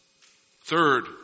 Third